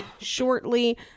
shortly